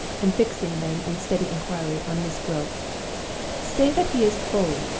and fixing them in steady inquiry on miss gwilt say that he is bold,